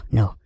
no